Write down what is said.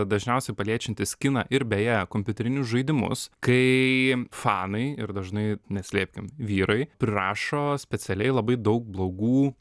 dažniausiai paliečiantis kiną ir beje kompiuterinius žaidimus kai fanai ir dažnai neslėpkim vyrai prirašo specialiai labai daug blogų